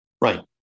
Right